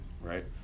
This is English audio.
Right